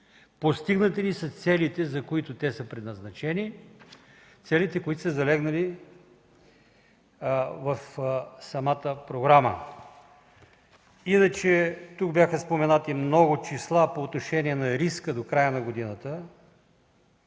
постигнати ли са целите, за които те са предназначени, целите, които са залегнали в самата програма? Иначе тук бяха споменати много числа по отношение на риска до края на годината.